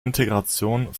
integration